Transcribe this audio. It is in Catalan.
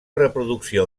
reproducció